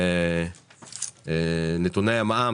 נתוני המע"מ,